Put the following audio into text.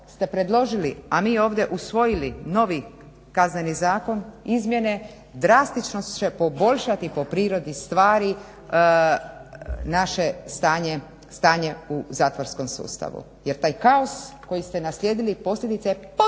ste predložili a mi ovdje usvojili novi Kazneni zakon, izmjene drastično će poboljšati po prirodi stvari naše stanje u zatvorskom sustavu jer taj kaos koji ste naslijedili posljedica je potpuno